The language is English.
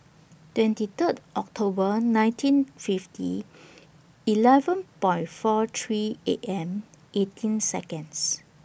twenty Third October nineteen fifty eleven Point four three A M eighteen Seconds